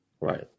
right